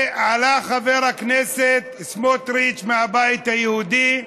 עלה חבר הכנסת סמוטריץ מהבית היהודי,